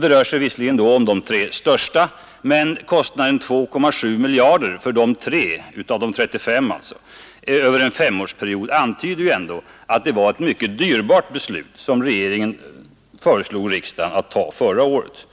Det rör sig visserligen om de tre största, men kostnaden 2,7 miljarder över en femårsperiod för de tre av de 35 antyder ändå att det var ett mycket dyrbart beslut som regeringen föreslog riksdagen att ta förra året.